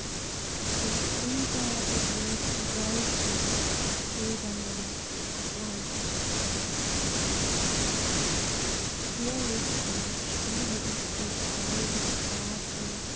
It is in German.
und drüber geweht die wolken die zögernden leichten irrlichternd spiele ich durch greise straßen